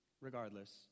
regardless